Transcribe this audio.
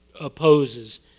opposes